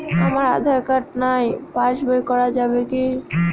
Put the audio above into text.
আমার আঁধার কার্ড নাই passbook করা যাবে কি?